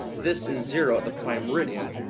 this is zero, the prime meridian,